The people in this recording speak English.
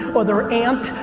or their aunt,